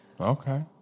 Okay